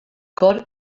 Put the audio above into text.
cor